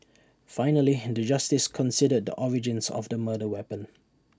finally the justice considered the origins of the murder weapon